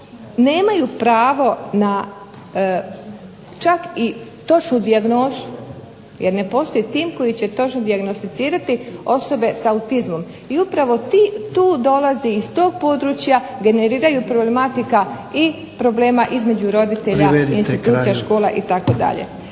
nemaju pravo na čak i točnu dijagnozu. Jer ne postoji tim koji će točno dijagnosticirati osobe s autizmom. I upravo tu dolazi i iz tog područja generiraju problematika i problema između roditelja, institucija, škola itd. Evo, hvala